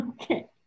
Okay